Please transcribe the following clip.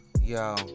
yo